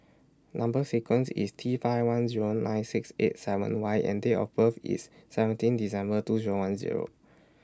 Number sequence IS T five one Zero nine six eight seven Y and Date of birth IS seventeen December two Zero one Zero